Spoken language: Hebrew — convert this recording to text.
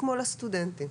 כמו לסטודנטים.